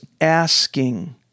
asking